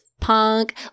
Punk